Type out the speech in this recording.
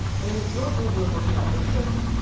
and you flow through your protein of interest,